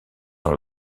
dans